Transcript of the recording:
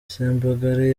sembagare